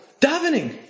Davening